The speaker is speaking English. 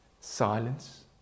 silence